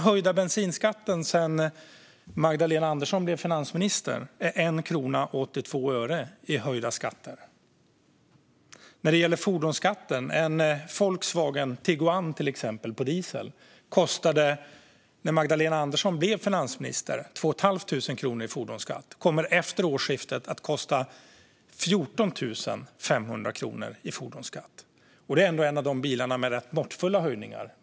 Sedan Magdalena Andersson blev finansminister har bensinskatten höjts med 1 krona och 82 öre. Fordonsskatten för en Volkswagen Tiguan diesel var när Magdalena Andersson blev finansminister 2 500 kronor. Efter årsskiftet blir den 14 500 kronor. Då är det ändå en bil med en måttfull höjning.